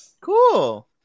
cool